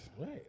Right